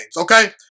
okay